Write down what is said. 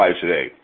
today